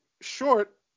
short